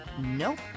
Nope